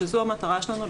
כשזאת המטרה שלנו,